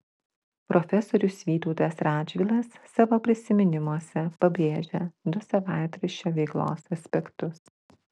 profesorius vytautas radžvilas savo prisiminimuose pabrėžia du savaitraščio veiklos aspektus